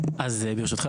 אז ברשותך,